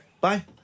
Bye